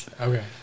Okay